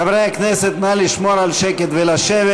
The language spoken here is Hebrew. חברי הכנסת, נא לשמור על שקט ולשבת.